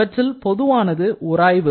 இவற்றில் மிகப் பொதுவானது உராய்வு